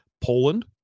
Poland